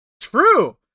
True